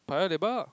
Paya-Lebar ah